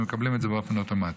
והם מקבלים את זה באופן אוטומטי.